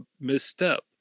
misstep